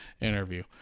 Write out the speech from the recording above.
interview